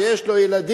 שיש לו ילדים,